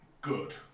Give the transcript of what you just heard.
good